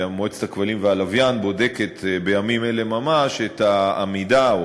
ומועצת הכבלים והלוויין בודקת בימים אלה ממש את העמידה,